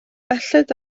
belled